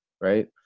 right